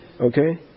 Okay